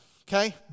okay